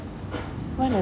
why lah